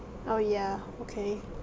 oh yeah okay